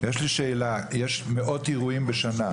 יש מאות אירועים ציבוריים בשנה.